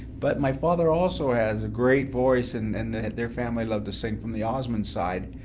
but my father also has a great voice, and and their family loved to sing from the osmond side,